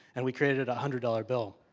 and we created a hundred dollar bill.